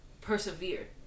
persevere